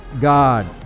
God